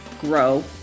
grow